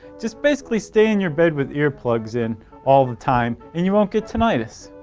just basically stay in your bed with earplugs in all the time and you won't get tinnitus.